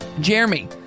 Jeremy